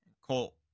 Colt